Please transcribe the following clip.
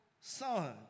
son